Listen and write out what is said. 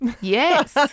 Yes